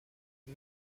une